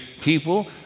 people